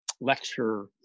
lecture